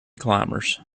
climbers